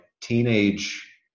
teenage